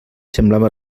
semblava